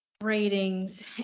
ratings